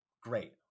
Great